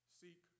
seek